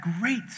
great